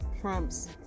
Trump's